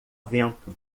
vento